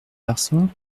garçon